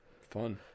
Fun